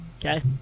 Okay